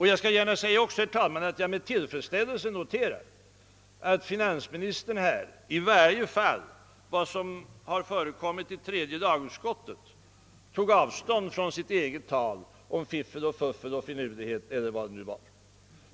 Jag noterar också med tillfredsställelse att finansministern, i varje fall beträffande vad som har före kommit i tredje lagutskottet, tog avstånd från sitt eget tal om fiffel och fuffel och finurligheter.